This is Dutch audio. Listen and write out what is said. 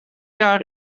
jaar